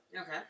Okay